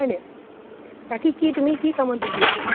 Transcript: হয় নাই বাকী কি তুমি কি কামত বিজি এতিয়া